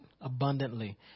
abundantly